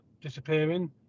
disappearing